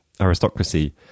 aristocracy